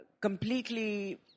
completely